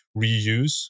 reuse